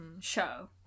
show